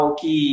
que